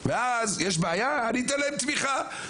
יש בעיה אתן להם תמיכה.